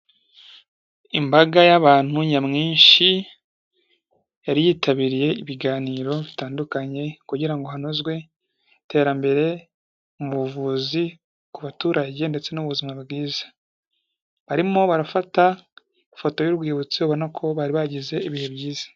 Imbaga y'abantu nyamwinshi, yari yitabiriye ibiganiro bitandukanye kugira ngo hanozwe iterambere ubuvuzi ku baturage ndetse n'ubuzima bwiza. Barimo barafata ifoto y'urwibutso, ubona ko bari bagize ibihe byiza.